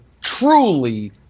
truly